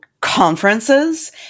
conferences